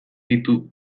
ditu